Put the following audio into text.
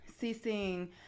ceasing